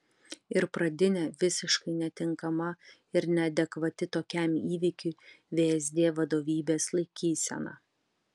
ir pradinė visiškai netinkama ir neadekvati tokiam įvykiui vsd vadovybės laikysena